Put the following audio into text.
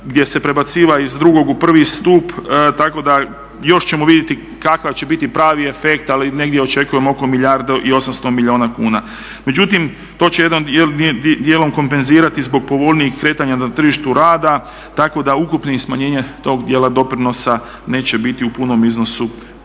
gdje se prebacuje iz drugog u prvi stup tako da još ćemo vidjeti kakav će biti pravi efekt ali negdje očekujemo oko milijardu i 800 milijuna kuna. Međutim, to će jednim dijelom kompenzirati zbog povoljnijih kretanja na tržištu rada tako da ukupnog smanjenja tog dijela doprinosa neće biti u punom iznosu